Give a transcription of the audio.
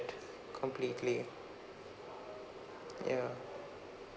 completely ya